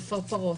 חפרפרות.